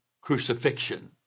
crucifixion